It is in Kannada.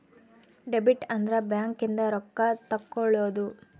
ಡೆಬಿಟ್ ಅಂದ್ರ ಬ್ಯಾಂಕ್ ಇಂದ ರೊಕ್ಕ ತೆಕ್ಕೊಳೊದು